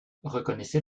reconnaissez